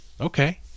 okay